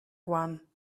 one